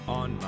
on